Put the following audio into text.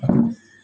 আৰু